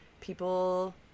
people